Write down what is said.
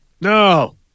No